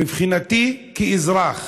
מבחינתי, כאזרח,